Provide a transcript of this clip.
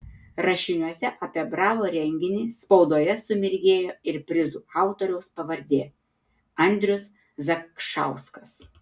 rašiniuose apie bravo renginį spaudoje sumirgėjo ir prizų autoriaus pavardė andrius zakšauskas